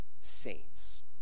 saints